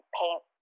paint